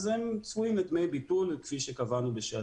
הם צפויים לדמי ביטול כפי שקבענו בשעתו.